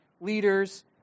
leaders